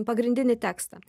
pagrindinį tekstą